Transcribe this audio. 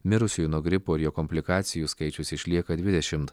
mirusiųjų nuo gripo ir jo komplikacijų skaičius išlieka dvidešimt